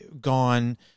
gone